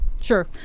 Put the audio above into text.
Sure